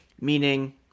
meaning